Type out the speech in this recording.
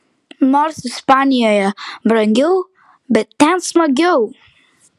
nors ispanijoje brangiau bet ten smagiau